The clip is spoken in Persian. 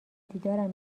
دیدارم